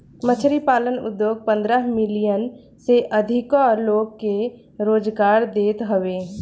मछरी पालन उद्योग पन्द्रह मिलियन से अधिका लोग के रोजगार देत हवे